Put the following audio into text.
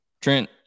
trent